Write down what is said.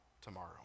tomorrow